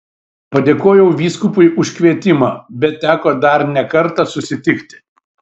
padėkojau vyskupui už kvietimą bet teko dar ne kartą susitikti